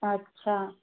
अच्छा